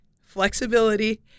flexibility